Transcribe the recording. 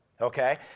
okay